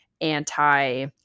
anti-